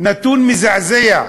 נתון מזעזע.